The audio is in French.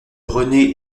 rené